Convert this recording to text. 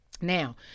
Now